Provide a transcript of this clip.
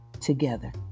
together